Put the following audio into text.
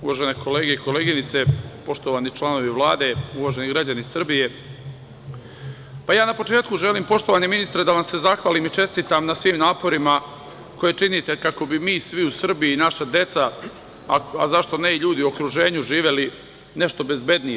Uvažene kolege i koleginice, poštovani članovi Vlade, uvaženi građani Srbije, na početku želim, poštovani ministre da vam se zahvalim i čestitam na svim naporima koje činite kako bi mi svi u Srbiji, naša deca, a zašto ne i ljudi u okruženju, živeli nešto bezbednije.